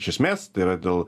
iš esmės tai yra dėl